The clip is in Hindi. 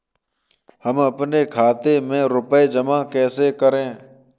हम अपने खाते में रुपए जमा कैसे करें?